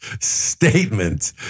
statement